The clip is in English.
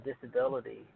disability